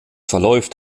verläuft